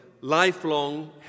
lifelong